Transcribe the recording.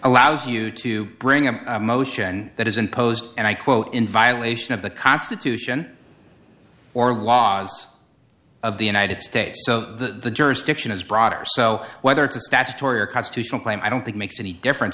allows you to bring a motion that is imposed and i quote in violation of the constitution or laws of the united states so the jurisdiction is broader so whether it's a statutory or constitutional claim i don't think makes any difference